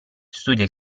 studia